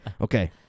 Okay